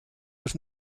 was